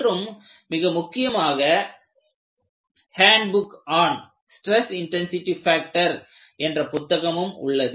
மற்றும் மிக முக்கியமாக " handbook on stress intensity factor" என்ற புத்தகமும் உள்ளது